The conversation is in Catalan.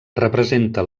representa